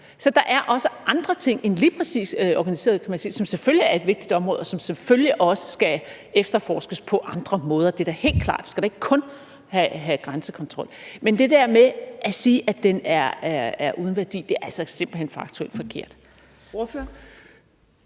Så der er også andre ting end lige præcis organiseret kriminalitet, som selvfølgelig er et vigtigt område, og som selvfølgelig også skal efterforskes på andre måder – det er da helt klart; vi skal da ikke kun have grænsekontrol. Men det der med at sige, at den er uden værdi, er simpelt hen faktuelt forkert. Kl.